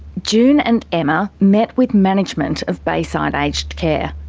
june and emma met with management of bayside aged care.